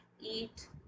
eat